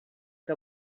que